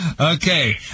Okay